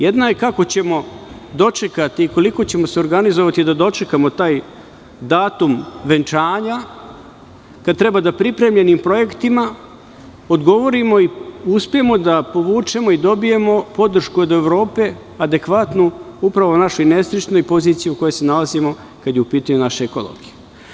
Jedna je kako ćemo dočekati i koliko ćemo se organizovati da dočekamo taj datum venčanja, kada treba da pripremljenim projektima odgovorimo i uspemo da povučemo i dobijemo podršku od Evrope, adekvatnu upravo našoj nesrećnoj poziciji u kojoj se nalazimo, kada je u pitanju naša ekologija.